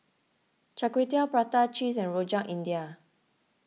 Char Kway Teow Prata Cheese and Rojak India